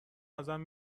ازم